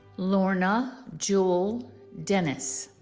lorna jewel dennis